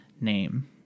name